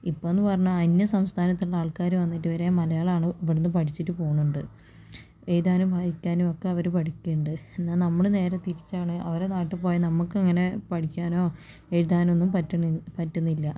ഇപ്പോഴെന്ന് പറഞ്ഞാൽ അന്യസംസ്ഥാനത്ത് ഉള്ള ആൾക്കാർ വന്നിട്ട് വരെ മലയാളമാണ് ഇവിടുന്ന് പഠിച്ചിട്ട് പോണുണ്ട് എഴുതാനും വായിക്കാനുമൊക്കെ അവര് പഠിക്കണുണ്ട് എന്നാൽ നമ്മൾ നേരെ തിരിച്ചാണ് അവരുടെ നാട്ടിൽ പോയാൽ നമുക്കങ്ങനെ പഠിക്കാനോ എഴുതാനൊന്നും പറ്റണി പറ്റുന്നില്ല